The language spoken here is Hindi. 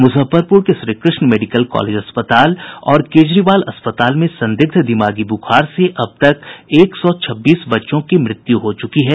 मुजफ्फरपुर के श्रीकृष्ण मेडिकल कॉलेज अस्पताल और केजरीवाल अस्पताल में संदिग्ध दिमागी बुखार से अब तक एक सौ छब्बीस बच्चों की मृत्यु हो चुकी है